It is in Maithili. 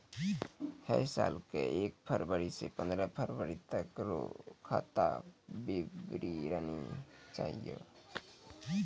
है साल के एक फरवरी से पंद्रह फरवरी तक रो खाता विवरणी चाहियो